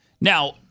Now